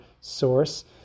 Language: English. source